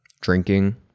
drinking